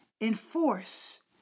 enforce